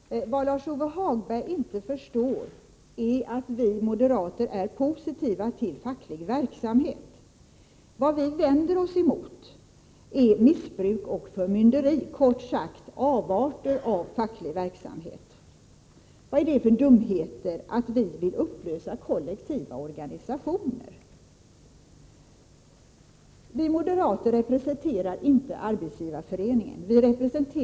Nr 22 Herr talman! Vad Lars-Ove Hagberg inte förstår är att vi moderater är Sen 3 i: 3 Onsdagen den positiva till facklig verksamhet. Det vi vänder oss mot är missbruk och november 1984 förmynderi, kort sagt avarter av facklig verksamhet. Vad är det för dumheter att påstå att vi vill upplösa kollektiva organisationer? Medbestämmande: Vi moderater representerar inte Arbetsgivareföreningen. Vi representefrågorm.m.